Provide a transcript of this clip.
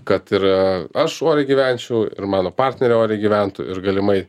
kad ir aš oriai gyvenčiau ir mano partnerė oriai gyventų ir galimai